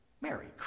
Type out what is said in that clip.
Merry